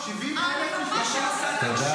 אני ממש לא חושבת שאני יודעת הכול.